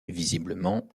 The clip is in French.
visiblement